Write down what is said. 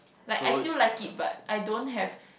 like I still like it but I don't have